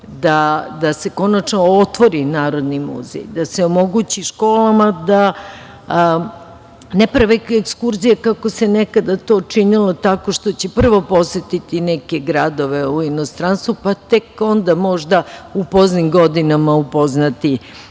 da se konačno otvori Narodni muzej, da se omogući školama da ne prave ekskurzije, kako se nekada to činilo tako što će prvo posetiti neke gradove u inostranstvu, pa tek onda možda u poznim godinama upoznati